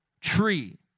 tree